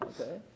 Okay